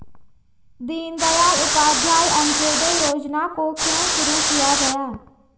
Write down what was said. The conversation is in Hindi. दीनदयाल उपाध्याय अंत्योदय योजना को क्यों शुरू किया गया?